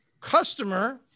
customer